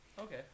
okay